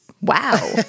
Wow